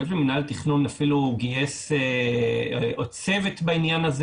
שמינהל התכנון אפילו גייס לאחרונה עוד צוות בעניין הזה.